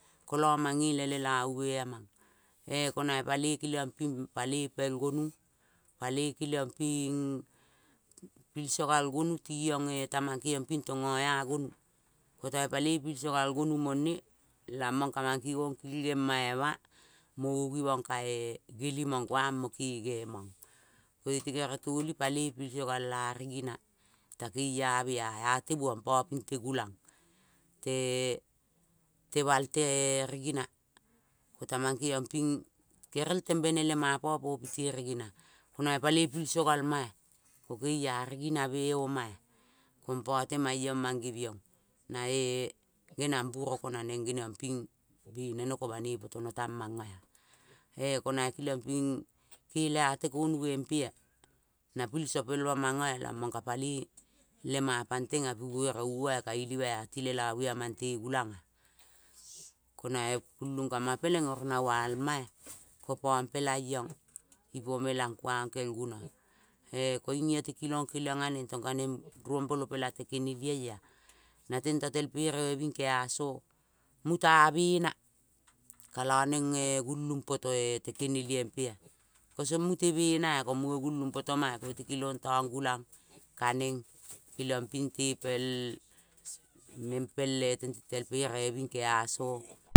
Kolo mange le lelavu vi mange,- ee kona i paloi kelion ping paloi pel gonu keliong pi-nng pilso gal gonu ti ong nge tamang kengion ping tongo eea gonu, ko ta i paloi pilso ngal gonu mong lamong ka mang kingong kingelva e-va, mo ungi vong ka-ee ngeling vong kuang vo kenge, vong koi te kere toli paloi pilso ngal ea nina ta keia mve e-a a tevuong po pi te gulang, tee teval te rigina ko ta mang keng iong ping gerel tembeme le ma po piti rigina, ko na i paloi pilso gal ma-ea ko keia nina re oma ea ko mpo tema iong iong mange voing, na-ee ngenang vuroko na neng nge niong ping vene no ko vanoi poto no tang mongo ea, na pilso pel va mongo ea lamong ka palei lema pang teng nga pi vuere uo ea ka iliva ea tang nga lelavu ea mang te gulang ea, ko na i kulung ka ma peleng oro na vual vma ea ko pong iong ipo melang kuang kel guno, ee koing io te kilong keliong ngo neng tong ka neng iombuolo pela te keneliol ea, na tento pel pere ving keaso muta vena, ka-lo ngeng-e gulang poto te kenelioi mpe ea ko song mute bena ea kong munge gulung poto ma ea ko te kilong tong gulang, ka neng keliong ping tepel neng pel-tente tel pereve ving keaso.